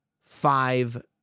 five